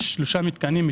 יש שלושה מתקנים.